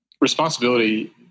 Responsibility